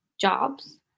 jobs